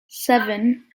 seven